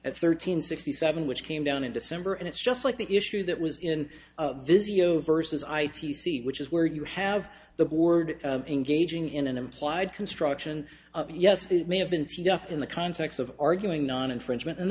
at thirteen sixty seven which came down in december and it's just like the issue that was in busy zero versus i t c which is where you have the board engaging in an implied construction yes they may have been set up in the context of arguing non infringement and